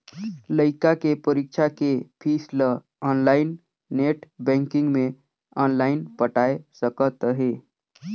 लइका के परीक्षा के पीस ल आनलाइन नेट बेंकिग मे आनलाइन पटाय सकत अहें